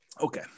okay